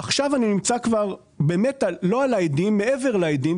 עכשיו אני נמצא כבר לא על האדים, מעבר לאדים.